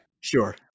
sure